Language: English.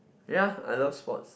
ya I love sports